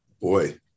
boy